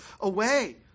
away